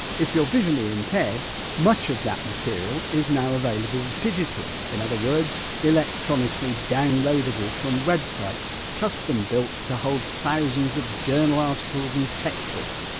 if you're visually impaired much of that material is now available digitally, in other words, electronically downloadable from websites, custom built to hold hold thousands of journal articles and text books.